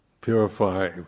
purify